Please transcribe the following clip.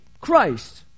Christ